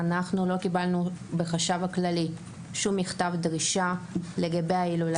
אנחנו לא קיבלנו בחשב הכללי שום מכתב דרישה לגבי ההילולה.